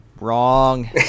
Wrong